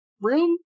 room